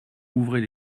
ouvrez